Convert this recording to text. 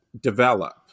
develop